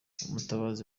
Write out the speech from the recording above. umutabazi